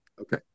Okay